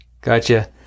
Gotcha